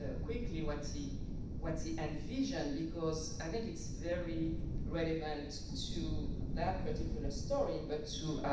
ah quickly what he what he envisioned. because i think it's very relevant to that particular story, but to